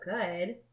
good